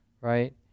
right